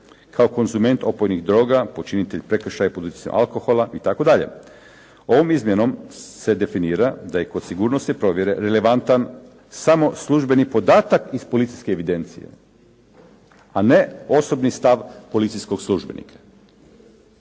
kao konzument opojnih droga, počinitelj prekršaja pod utjecajem alkohola itd. Ovom izmjenom se definira da je kod sigurnosne provjere relevantan samo službeni podatak iz policijske evidencije, a ne osobni stav policijskog službenika.